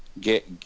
Get